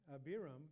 Abiram